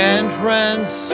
entrance